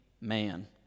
man